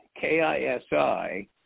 K-I-S-I